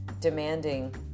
demanding